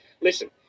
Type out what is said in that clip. Listen